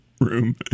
room